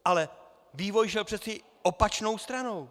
Ale vývoj šel přece opačnou stranou.